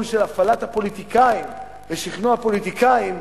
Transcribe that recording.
של הפעלת הפוליטיקאים ושכנוע הפוליטיקאים.